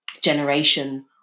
generation